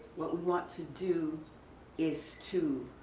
what we want to do is to